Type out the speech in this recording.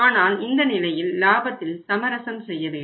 ஆனால் இந்த நிலையில் லாபத்தில் சமரசம் செய்ய வேண்டும்